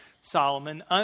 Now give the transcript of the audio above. Solomon